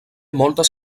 moltes